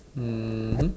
mmhmm